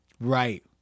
Right